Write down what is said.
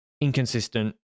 inconsistent